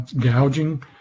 gouging